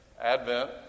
Advent